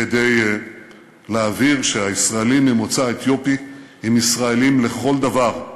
כדי להבהיר שהישראלים ממוצא אתיופי הם ישראלים לכל דבר.